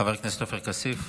חבר הכנסת עופר כסיף.